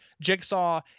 jigsaw